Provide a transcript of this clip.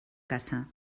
caça